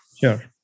Sure